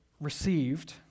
received